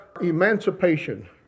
emancipation